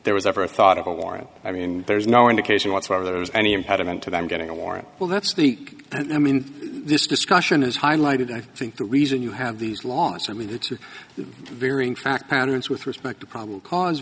there was ever a thought of a war i mean there's no indication whatsoever there was any impediment to them getting a war will that speak and i mean this discussion is highlighted i think the reason you have these laws i mean it's a very in fact patterns with respect to probable cause